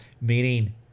meaning